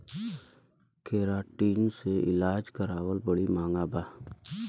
keratin से इलाज करावल बड़ी महँगा बा